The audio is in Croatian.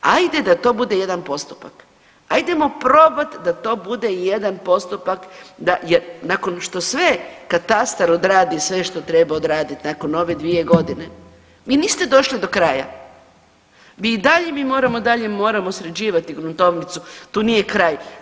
Ajde da to bude jedan postupak, ajdemo probat da to bude jedan postupak da je nakon što sve katastar odradi sve što treba odradit nakon ove 2.g. vi niste došli do kraja, vi i dalje, mi moramo dalje moramo sređivati gruntovnicu, tu nije kraj.